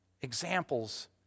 examples